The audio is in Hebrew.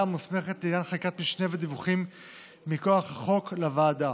המוסמכת לעניין חקיקת משנה ודיווחים מכוח החוק לוועדה: